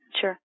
Sure